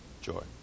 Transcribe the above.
joy